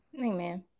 Amen